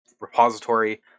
repository